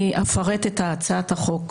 אני אפרט את הצעת החוק.